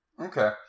Okay